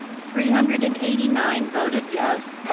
three hundred and eighty nine voted yes.